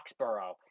Foxborough